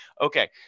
Okay